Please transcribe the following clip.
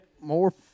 more